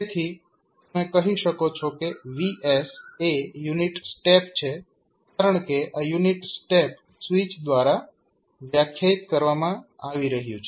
તેથી તમે કહી શકો છો કે VS એ યુનિટ સ્ટેપ છે કારણકે આ યુનિટ સ્ટેપ સ્વીચ દ્વારા વ્યાખ્યાયિત કરવામાં આવી રહ્યું છે